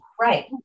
Right